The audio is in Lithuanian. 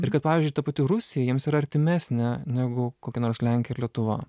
ir kad pavyzdžiui ta pati rusija jiems yra artimesnė negu kokia nors lenkija ar lietuva